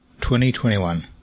2021